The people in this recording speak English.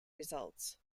results